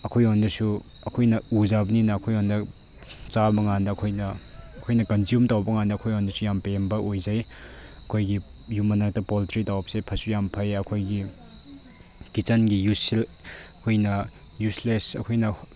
ꯑꯩꯈꯣꯏꯉꯣꯟꯗꯁꯨ ꯑꯩꯈꯣꯏꯅ ꯎꯖꯕꯅꯤꯅ ꯑꯩꯈꯣꯏꯉꯣꯟꯗ ꯆꯥꯕꯀꯥꯟꯗ ꯑꯩꯈꯣꯏꯅ ꯑꯩꯈꯣꯏꯅ ꯀꯟꯖ꯭ꯌꯨꯝ ꯇꯧꯕꯀꯥꯟꯗ ꯑꯩꯈꯣꯏꯉꯣꯟꯗꯁꯨ ꯌꯥꯝ ꯄꯦꯟꯕ ꯑꯣꯏꯖꯩ ꯑꯩꯈꯣꯏꯒꯤ ꯌꯨꯝ ꯃꯅꯥꯛꯇ ꯄꯣꯜꯇ꯭ꯔꯤ ꯇꯧꯕꯁꯦ ꯐꯁꯨ ꯌꯥꯝ ꯐꯩꯌꯦ ꯑꯩꯈꯣꯏꯒꯤ ꯀꯤꯆꯟꯒꯤ ꯑꯩꯈꯣꯏꯅ ꯏꯌꯨꯁꯂꯦꯁ ꯑꯩꯈꯣꯏꯅ